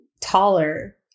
taller